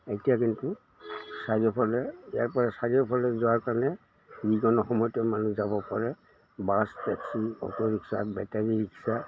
এতিয়া কিন্তু চাৰিওফালে ইয়াৰপৰা চাৰিওফালে যোৱাৰ কাৰণে যিকোনো সময়তে মানুহ যাব পাৰে bus taxi auto rickshaw battery rickshaw